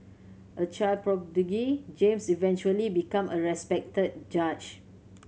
a child prodigy James eventually become a respected judge